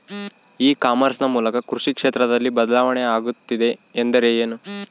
E commerce ನ ಮೂಲಕ ಕೃಷಿ ಕ್ಷೇತ್ರದಲ್ಲಿ ಬದಲಾವಣೆ ಆಗುತ್ತಿದೆ ಎಂದರೆ ಏನು?